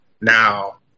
Now